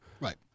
Right